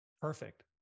perfect